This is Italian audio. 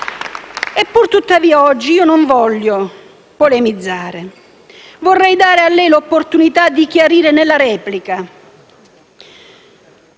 Pur tuttavia, oggi, io non voglio polemizzare. Vorrei dare a lei l'opportunità di chiarire nella replica.